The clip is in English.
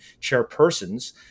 chairpersons